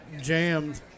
jammed